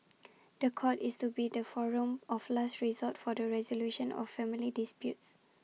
The Court is to be the forum of last resort for the resolution of family disputes